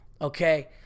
okay